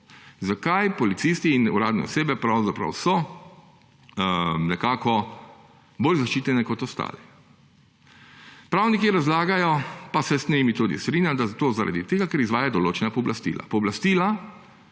Zakaj so policisti in uradne osebe pravzaprav nekako bolj zaščiteni kot ostali? Pravniki razlagajo, pa se z njimi tudi strinjam, da je to zaradi tega, ker izvajajo določena pooblastila.